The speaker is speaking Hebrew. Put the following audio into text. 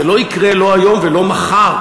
זה לא יקרה לא היום ולא מחר.